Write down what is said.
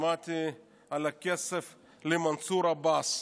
שמעתי על הכסף למנסור עבאס,